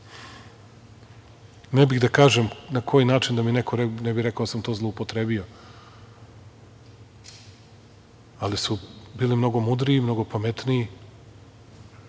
ne bih da kažem na koji način da mi neko ne bi rekao da sam to zloupotrebio, ali su bili mnogo mudriji i mnogo pametniji